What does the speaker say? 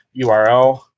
URL